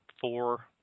four